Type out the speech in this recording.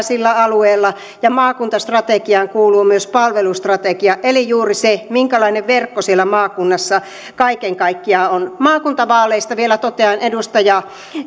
sillä alueella ja maakuntastrategiaan kuuluu myös palvelustrategia eli juuri se minkälainen verkko siellä maakunnassa kaiken kaikkiaan on maakuntavaaleista vielä totean edustaja